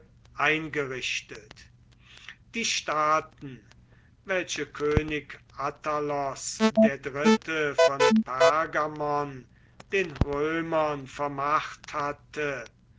eingerichtet die staaten welche könig attalos iii von pergamon den römern vermacht hatte